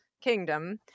kingdom